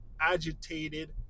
agitated